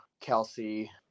Kelsey